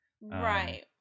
right